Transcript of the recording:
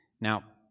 Now